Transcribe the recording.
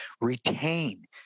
retain